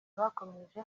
zakomeje